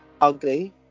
ugly